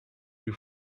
you